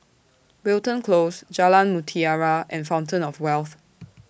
Wilton Close Jalan Mutiara and Fountain of Wealth